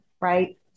right